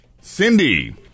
Cindy